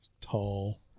tall